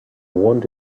want